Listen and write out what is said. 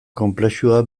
konplexua